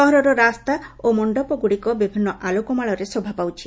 ସହରର ରାସ୍ତା ଓ ମଣ୍ଡପଗୁଡ଼ିକ ବିଭିନ୍ନ ଆଲୋକମାଳାରେ ଶୋଭାପାଉଛି